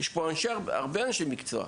יש פה הרבה אנשי מקצוע.